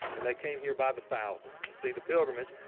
and they came here by the thousands to see the pilgrimage,